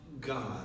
God